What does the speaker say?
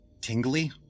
tingly